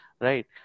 right